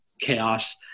chaos